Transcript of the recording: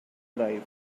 drive